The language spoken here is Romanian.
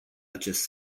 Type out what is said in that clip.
acest